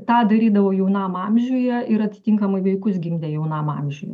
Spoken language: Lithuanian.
tą darydavo jaunam amžiuje ir atitinkamai vaikus gimdė jaunam amžiuje